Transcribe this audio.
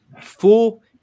full